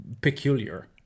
peculiar